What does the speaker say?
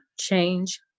change